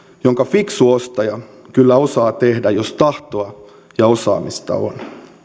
jonka fiksu ostaja kyllä osaa tehdä jos tahtoa ja osaamista on